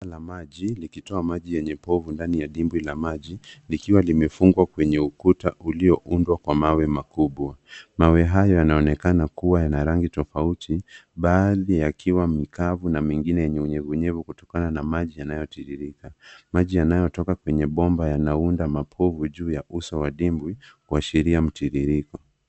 Dimbwi La maji likitoa maji yenye povu ndani ya dimbwi la maji likiwa limefungwa kwenye ukuta ulioundwa kwa mawe makubwa, mawe hayo yanaonekana kuwa yana rangi tofauti baadhi yakiwa mkavu na mengine yenye unyevu kutokana na maji yanayotiririka, maji yanayotoka kwenye bomba yanaunda mapovu juu ya uso wa dimbwi kwa sheria mtiririko.